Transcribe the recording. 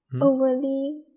Overly